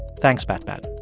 thanks, batman